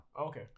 Okay